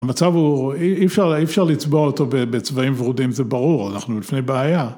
המצב הוא, אי אפשר לצבוע אותו בצבעים ורודים, זה ברור, אנחנו לפני בעיה.